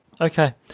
Okay